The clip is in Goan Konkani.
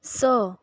स